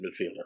midfielder